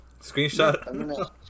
Screenshot